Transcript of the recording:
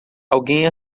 alguém